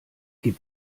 gib